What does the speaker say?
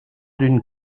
d’une